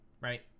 right